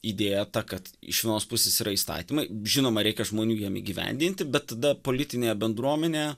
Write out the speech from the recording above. idėja ta kad iš vienos pusės yra įstatymai žinoma reikia žmonių jiem įgyvendinti bet tada politinė bendruomenė